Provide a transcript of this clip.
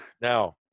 Now